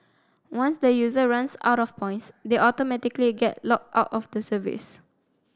once the user runs out of points they automatically get locked out of the service